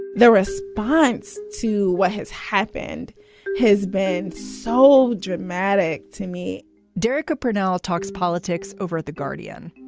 the response to what has happened has been so dramatic to me derecka purnell talks politics over at the guardian.